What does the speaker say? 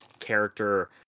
character